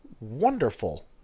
wonderful